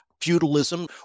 feudalism